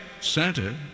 Santa